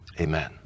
Amen